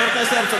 חבר הכנסת הרצוג,